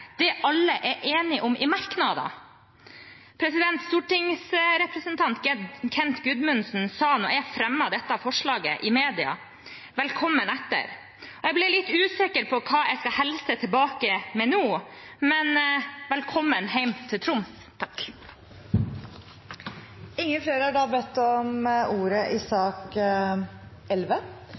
det alle er enige om i merknadene. Stortingsrepresentant Kent Gudmundsen sa i mediene da jeg fremmet dette forslaget: Velkommen etter! Jeg blir litt usikker på hva jeg skal hilse tilbake med nå, men velkommen hjem til Troms! Flere har ikke bedt om ordet i sak